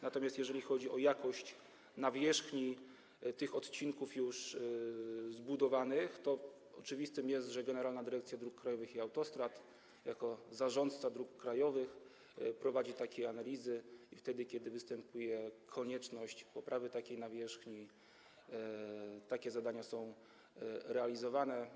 Natomiast jeżeli chodzi o jakość nawierzchni tych odcinków już zbudowanych, to oczywiste jest, że Generalna Dyrekcja Dróg Krajowych i Autostrad, jako zarządca dróg krajowych, prowadzi takie analizy i wtedy kiedy występuje konieczność poprawy takiej nawierzchni, takie zadania są realizowane.